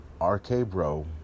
RK-Bro